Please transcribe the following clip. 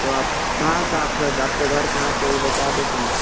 तो आप कहाँ का आपका आपका घर कहाँ पर घर यह बता देते